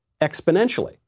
exponentially